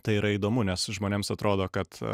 tai yra įdomu nes žmonėms atrodo kad